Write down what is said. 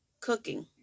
cooking